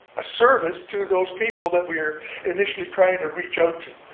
a service to those people that we're initially trying to reach out to.